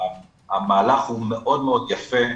המהלך הוא מאוד מאוד יפה,